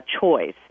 choice